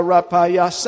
Rapaya